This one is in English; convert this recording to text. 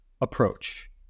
approach